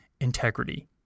integrity